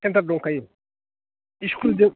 centre दंखायो स्कुलजों